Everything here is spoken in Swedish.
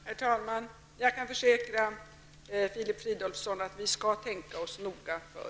Herr talman! Jag kan försäkra Filip Fridolfsson att vi skall tänka oss noga för.